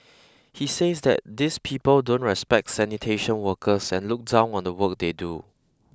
he says that these people don't respect sanitation workers and look down on the work they do